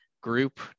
Group